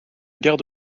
guerre